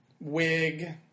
wig